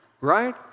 Right